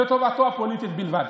לטובתו הפוליטית בלבד.